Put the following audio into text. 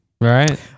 Right